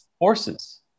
horses